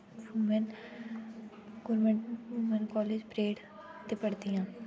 women government women college parade च पढ़दी आ